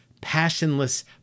passionless